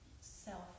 self